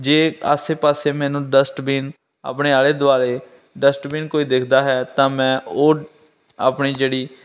ਜੇ ਆਸੇ ਪਾਸੇ ਮੈਨੂੰ ਡਸਟਬੀਨ ਆਪਣੇ ਆਲੇ ਦੁਆਲੇ ਡਸਟਬੀਨ ਕੋਈ ਦਿਖਦਾ ਹੈ ਤਾਂ ਮੈਂ ਉਹ ਆਪਣੀ ਜਿਹੜੀ